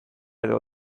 edo